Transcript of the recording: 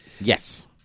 Yes